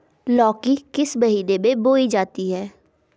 लौकी किस महीने में बोई जाती है?